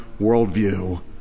worldview